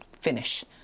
finish